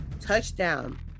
touchdown